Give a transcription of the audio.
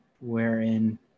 wherein